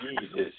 Jesus